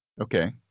Okay